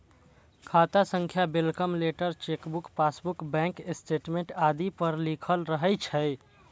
खाता संख्या welcome letter, chequebook, passbook, bank statement आदि पर लिखल रहै छै